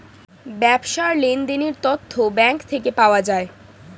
ব্যবসার লেনদেনের তথ্য ব্যাঙ্ক থেকে পাওয়া যায়